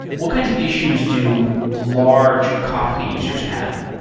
what kinds of issues do large kafka users have?